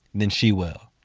then she will.